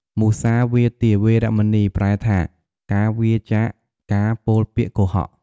មុសាវាទា វេរមណី ប្រែថា ការវៀរចាកការពោលពាក្យកុហក។